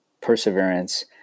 perseverance